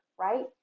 right